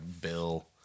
bill